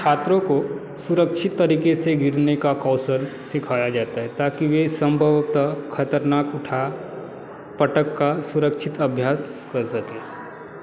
छात्रों को सुरक्षित तरीके से गिरने का कौशल सिखाया जाता है ताकि वे सम्भवतः खतरनाक उठा पटक का सुरक्षित अभ्यास कर सकें